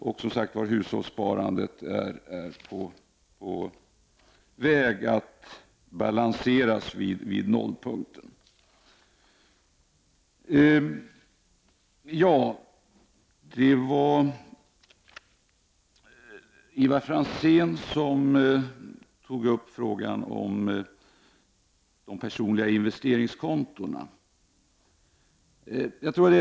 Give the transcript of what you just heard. Och hushållssparandet är som sagt på väg att balanseras vid nollpunkten. Det var Ivar Franzén som tog upp frågan om de personliga investeringskontona.